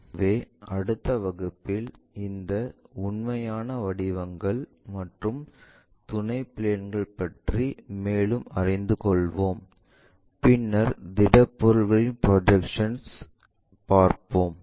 எனவே அடுத்த வகுப்பில் இந்த உண்மையான வடிவங்கள் மற்றும் துணை பிளேன்கள் பற்றி மேலும் அறிந்து கொள்வோம் பின்னர் திடப்பொருட்களின் ப்ரொஜெக்ஷன்ஐ பார்ப்போம்